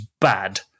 bad